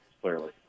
clearly